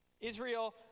Israel